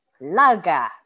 Larga